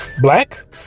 Black